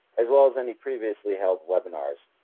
as well as any previously held webinars.